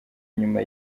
nyuma